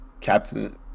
Captain